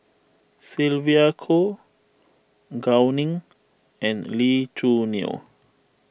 Sylvia Kho Gao Ning and Lee Choo Neo